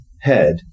head